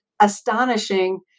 astonishing